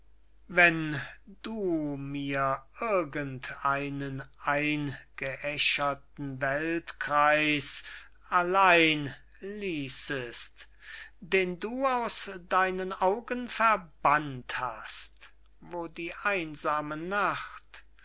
wenn du mir irgend einen eingeäscherten weltkreis allein ließest den du aus deinen augen verbannt hast wo die einsame nacht